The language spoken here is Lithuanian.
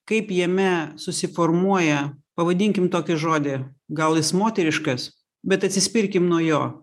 kaip jame susiformuoja pavadinkim tokį žodį gal jis moteriškas bet atsispirkim nuo jo